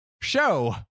show